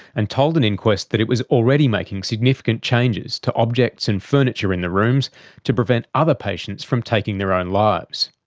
and told an inquest that it was already making significant changes to objects and furniture in the rooms to prevent other patients from taking their own lives.